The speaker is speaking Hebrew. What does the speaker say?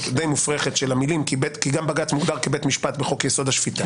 די מופרכת של המילים כי גם בג"ץ מוגדר כבית משפט בחוק-יסוד: השפיטה